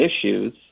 issues